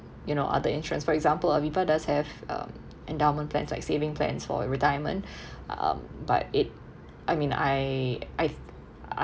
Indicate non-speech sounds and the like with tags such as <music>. you know other insurance for example Aviva does have um endowment plans like saving plans for retirement <breath> um but it I mean I I've <noise>